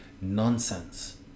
nonsense